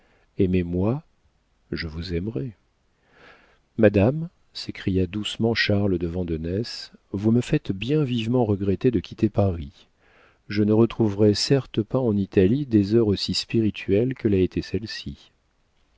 aimez-moi je vous aimerai madame s'écria doucement charles de vandenesse vous me faites bien vivement regretter de quitter paris je ne retrouverai certes pas en italie des heures aussi spirituelles que l'a été celle-ci